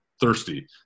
thirsty